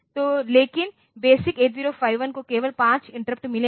तो लेकिन बेसिक 8051 को केवल 5 इंटरप्ट मिले हैं